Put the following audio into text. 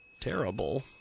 terrible